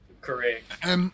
Correct